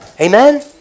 Amen